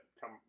come